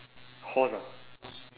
horse ah